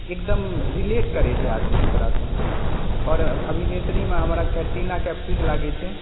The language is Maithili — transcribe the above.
एकदम रिलेट करै छै आदमी ओकरासँ और अभिनेत्रीमे हमरा कैटरिना कैफ ठीक लागै छै